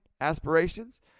aspirations